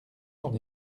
son